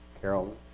Carol